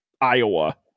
Iowa